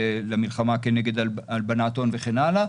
הרשות למלחמה בהלבנת הון וכן הלאה.